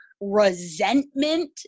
resentment